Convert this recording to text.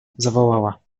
zawołała